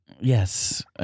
Yes